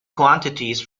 quantities